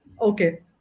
Okay